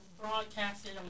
Broadcasted